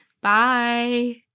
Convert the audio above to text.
Bye